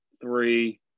three